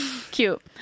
Cute